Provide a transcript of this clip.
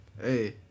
Hey